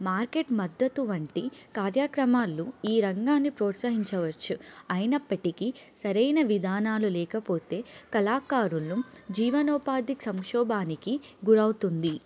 market మద్దతు వంటి కార్యక్రమాలు ఈ రంగాన్ని ప్రోత్సహించవచ్చు అయినప్పటికీ సరైన విధానాలు లేకపోతే కళాకారులను జీవనోపాధ సంక్షోభానికి గురవుతుంది